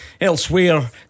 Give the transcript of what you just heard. Elsewhere